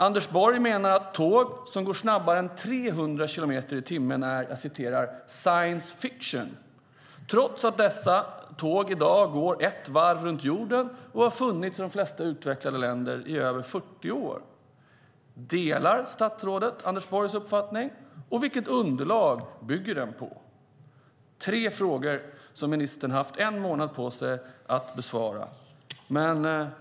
Anders Borg menar att tåg som går snabbare än 300 kilometer i timmen är science fiction trots att dessa tåg i dag går ett varv runt jorden och har funnits i de flesta utvecklade länder i över 40 år. Delar statsrådet Anders Borgs uppfattning, och vilket underlag bygger den på? Det är tre frågor som ministern haft en månad på sig att besvara.